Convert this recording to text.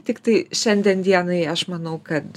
tiktai šiandien dienai aš manau kad